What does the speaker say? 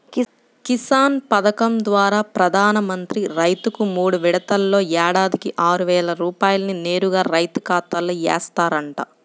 కిసాన్ పథకం ద్వారా ప్రధాన మంత్రి రైతుకు మూడు విడతల్లో ఏడాదికి ఆరువేల రూపాయల్ని నేరుగా రైతు ఖాతాలో ఏస్తారంట